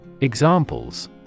Examples